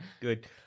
Good